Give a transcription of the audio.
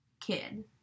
kid